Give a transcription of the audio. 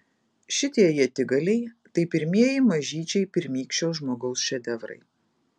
šitie ietigaliai tai pirmieji mažyčiai pirmykščio žmogaus šedevrai